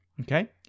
Okay